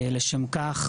לשם כך,